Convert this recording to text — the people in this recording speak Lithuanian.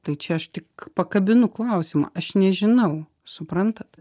tai čia aš tik pakabinu klausimą aš nežinau suprantat